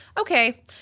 Okay